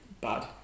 bad